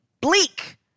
bleak